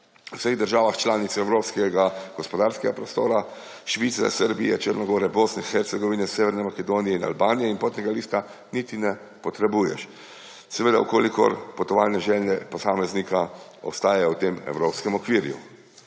vseh državah članic evropskega gospodarskega prostora, Švice, Srbije, Črne gore, Bosne in Hercegovine, severne Makedonije in Albanije in potnega lista niti ne potrebuješ. Seveda v kolikor potovanja željnega posameznika ostaja v tem evropskem okvirju.